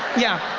yeah,